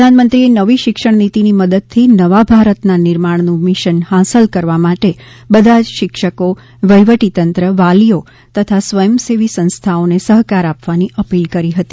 પ્રધાનમંત્રીએ નવી શિક્ષણ નીતીની મદદથી નવા ભારતના નિર્માણનું મિશન હાંસલ કરવા માટે બધા જ શિક્ષકો વહીવટીતંત્ર વાલીઓ તથા સ્વયંસેવી સંસ્થાઓને સહકાર આપવાની અપીલ કરી હતી